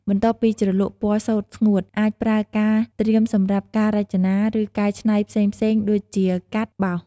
បន្ទាប់ពីជ្រលក់ពណ៌សូត្រស្ងួត អាចប្រើការត្រៀមសម្រាប់ការរចនា ឬកែច្នៃផ្សេងៗដូចជាកាត់ បោស។